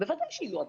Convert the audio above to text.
בוודאי שיהיו הדבקות.